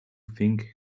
think